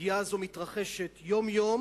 הפגיעה הזאת מתרחשת יום-יום